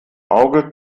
auge